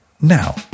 now